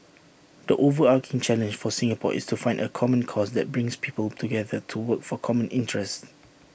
the overarching challenge for Singapore is to find A common cause that brings people together to work for common interests